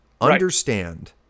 Understand